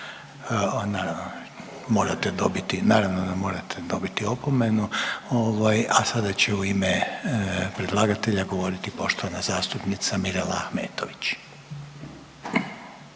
naravno da morate dobiti opomenu, ovaj, a sada će u ime predlagatelja govoriti poštovana zastupnica Mirela Ahmetović.